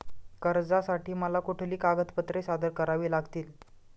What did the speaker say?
कर्जासाठी मला कुठली कागदपत्रे सादर करावी लागतील?